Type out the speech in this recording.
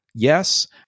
Yes